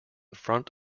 front